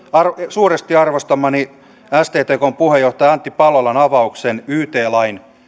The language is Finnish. suuresti arvostamani sttkn puheenjohtaja antti palolan avauksen yt lain